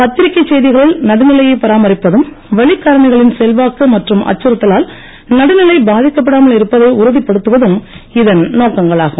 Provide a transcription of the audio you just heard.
பத்திரிகை செய்திகளில் நடுநிலையைப் பராமரிப்பதும் வெளிக் காரணிகளின் செல்வாக்கு மற்றும் அச்சுறுத்தலால் நடுநிலை பாதிக்கப்படாமல் இருப்பதை உறுதிப் படுத்துவதும் இதன் நோக்கங்களாகும்